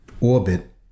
orbit